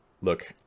look